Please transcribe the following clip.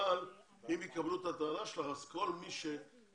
אבל אם יקבלו את הטענה שלך, כל חרדית